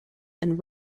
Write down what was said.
and